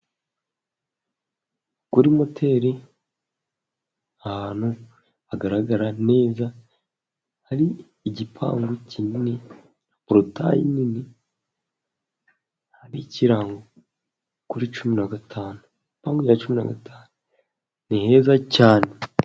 Kuri moteri ahantu hagaragara neza, hari igipangu kinini, na porotayi nini, hari ikirango kuri cumi na gatanu, impamvu ya cumi na gatanu ni heza cyane.